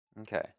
Okay